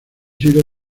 sido